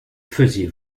faisiez